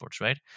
right